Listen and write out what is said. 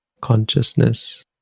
consciousness